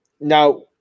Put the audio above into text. now